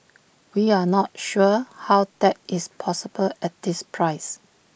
we're not sure how that is possible at this price